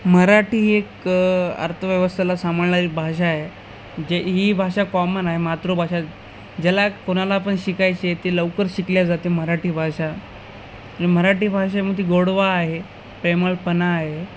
मराठी एक अर्थव्यवस्थेला सांभाळणारी भाषा आहे जे ही भाषा कॉमन आहे मातृभाषा ज्याला कोणाला पण शिकायचे ते लवकर शिकले जाते मराठी भाषा मराठी भाषेमध्ये गोडवा आहे प्रेमळपणा आहे